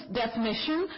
definition